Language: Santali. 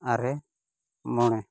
ᱟᱨᱮ ᱢᱚᱬᱮ